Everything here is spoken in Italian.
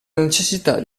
necessità